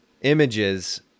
images